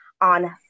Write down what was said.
on